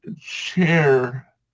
chair